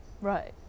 right